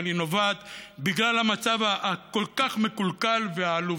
אבל היא נובעת מהמצב הכל-כך מקולקל והעלוב.